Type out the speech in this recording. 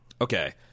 okay